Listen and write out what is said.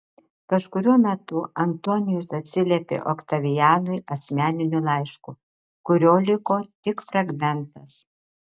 kažkuriuo metu antonijus atsiliepė oktavianui asmeniniu laišku kurio liko tik fragmentas